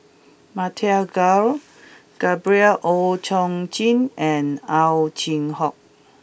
Matthew Ngui Gabriel Oon Chong Jin and Ow Chin Hock